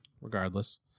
regardless